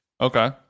okay